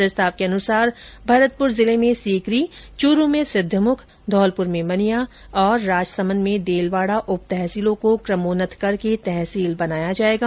प्रस्ताव के अनुसार भरतपुर जिले में सीकरी चूरू में सिद्धमुख धौलपुर में मनिया और राजसमंद में देलवाड़ा उपतहसीलों को क्रमोन्नत करके तहसील बनाया जाएगा